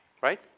Right